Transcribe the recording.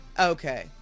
Okay